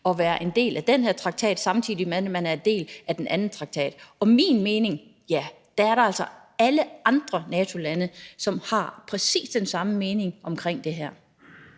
at være en del af den her traktat, at man samtidig er en del af den anden traktat. Og hvad angår min mening, er det altså alle andre NATO-lande, der har præcis den samme mening omkring det her.